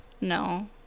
no